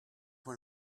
when